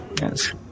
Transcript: Yes